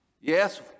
Yes